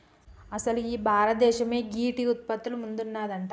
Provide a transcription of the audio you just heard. అసలు భారతదేసమే గీ టీ ఉత్పత్తిల ముందున్నదంట